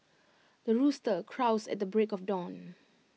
the rooster crows at the break of dawn